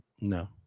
No